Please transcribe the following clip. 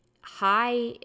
high